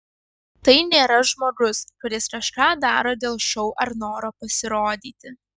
tai nėra žmogus kuris kažką daro dėl šou ar noro pasirodyti